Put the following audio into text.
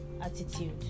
attitude